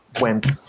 went